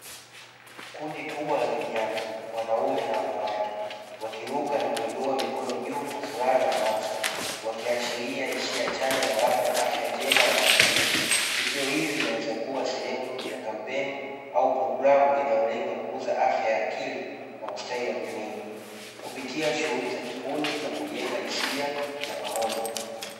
Kundi kubwa la vijana wanaume na wanawake wakiruka na kuinua mikono juu kwa furaha na hamasa, wakiashiria hisia chanya na labda afya njema ya akili. Tukio hili linaweza kuwa sehemu ya kampeni au programu inayolenga kukuza afya ya akili na ustawi wa jamii, kupitia shughuli ya vikundu na kujenga hisia ya pamoja.